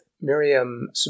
Miriam